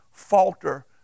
falter